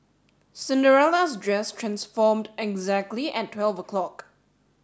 Cinderella's dress transformed exactly at twelve o'clock